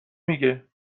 میگه